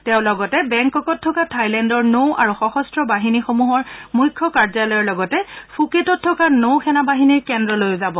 তেওঁ লগতে বেংককত থকা থাইলেণ্ডৰ নৌ আৰু সশস্ত্ৰ বাহিনীসমূহৰ মুখ্য কাৰ্য্যালয়ৰ লগতে ফুকেটত থকা নৌসেনা বাহিনীৰ কেন্দ্ৰলৈও যাব